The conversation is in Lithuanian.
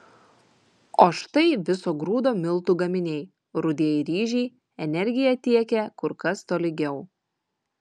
o štai viso grūdo miltų gaminiai rudieji ryžiai energiją tiekia kur kas tolygiau